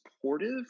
supportive